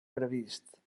previst